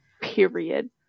Period